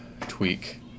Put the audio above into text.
tweak